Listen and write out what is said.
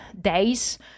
days